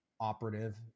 operative